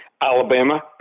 Alabama